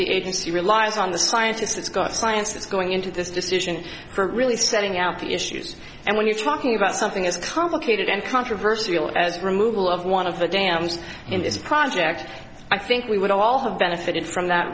the agency relies on the scientists that's got science that's going into this decision for really setting out the issues and when you're talking about something as complicated and controversial as removal of one of the dams in this project i think we would all have benefited from that